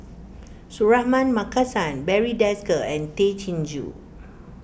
Suratman Markasan Barry Desker and Tay Chin Joo